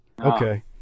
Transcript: Okay